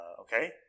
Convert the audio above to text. Okay